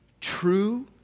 true